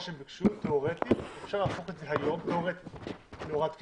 אם הם ביקשו, אפשר להפוך את זה היום להוראת קבע.